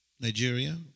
Nigeria